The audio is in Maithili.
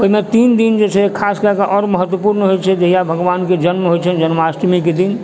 ओहिमे तीन दिन जे छै खासकऽ आओर महत्वपुर्ण होइ छै जहिया भगवानके जन्म होइ छै जन्माष्टमीके दिन